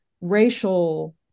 racial